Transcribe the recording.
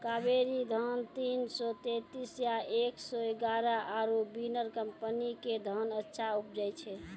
कावेरी धान तीन सौ तेंतीस या एक सौ एगारह आरु बिनर कम्पनी के धान अच्छा उपजै छै?